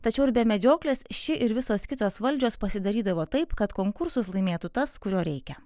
tačiau ir be medžioklės ši ir visos kitos valdžios pasidarydavo taip kad konkursus laimėtų tas kurio reikia